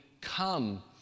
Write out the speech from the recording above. come